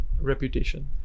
reputation